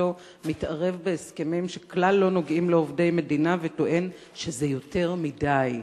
חוצפתו מתערב בהסכמים שכלל לא נוגעים לעובדי מדינה וטוען שזה יותר מדי,